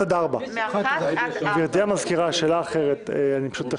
שאלה אחרת.